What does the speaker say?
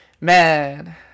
man